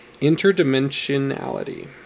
interdimensionality